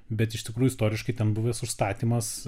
bet iš tikrųjų istoriškai ten buvęs užstatymas